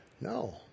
No